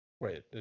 Wait